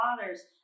fathers